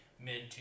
mid